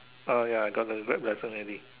ah ya got the Grab license already